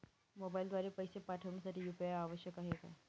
मोबाईलद्वारे पैसे पाठवण्यासाठी यू.पी.आय आवश्यक आहे का?